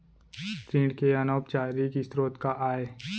ऋण के अनौपचारिक स्रोत का आय?